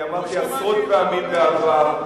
אני אמרתי עשרות פעמים בעבר,